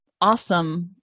awesome